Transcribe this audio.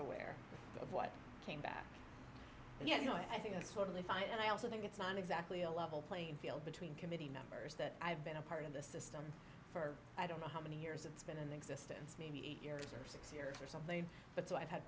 aware of what came back and you know i think it's totally fine and i also think it's not exactly a level playing field between committee members that i've been a part of the system for i don't know how many years it's been in existence maybe eight years or six years or something but so i've had